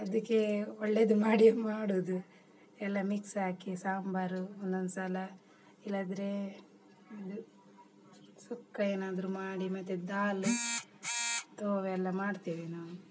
ಅದಕ್ಕೆ ಒಳ್ಳೆಯದು ಮಾಡಿಯೇ ಮಾಡುವುದು ಎಲ್ಲ ಮಿಕ್ಸ್ ಹಾಕಿ ಸಾಂಬಾರು ಒಂದೊಂದ್ಸಲ ಇಲ್ಲ ಅಂದರೆ ಇದು ಸುಕ್ಕ ಏನಾದರು ಮಾಡಿ ಮತ್ತು ದಾಲ್ ತೊವ್ವೆ ಎಲ್ಲ ಮಾಡ್ತೇವೆ ನಾವು